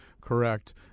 correct